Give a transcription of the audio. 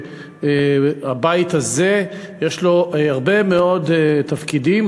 הבית הזה יש לו הרבה מאוד תפקידים,